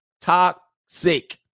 Toxic